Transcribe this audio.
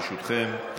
ברשותכם,